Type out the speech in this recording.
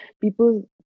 people